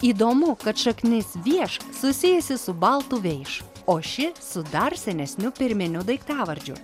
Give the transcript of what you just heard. įdomu kad šaknis vieš susijusi su baltų veiš o ši su dar senesniu pirminiu daiktavardžiu